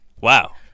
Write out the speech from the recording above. wow